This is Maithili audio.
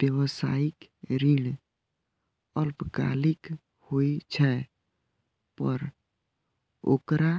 व्यावसायिक ऋण अल्पकालिक होइ छै, पर ओकरा